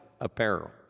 apparel